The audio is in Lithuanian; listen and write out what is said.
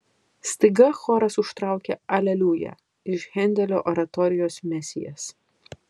staiga choras užtraukė aleliuja iš hendelio oratorijos mesijas